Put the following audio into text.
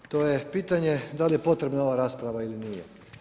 To je pitanje da li je potrebna ova rasprava ili nije.